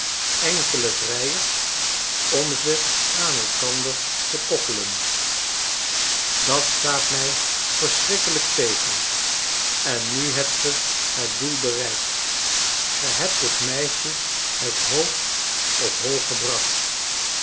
enkele vrijers om ze aan elkander te koppelen dat staat mij verschrikkelijk tegen en nu hebt ge het doel bereikt ge hebt het meisje het hoofd op hol gebracht